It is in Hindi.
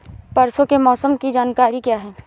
परसों के मौसम की जानकारी क्या है?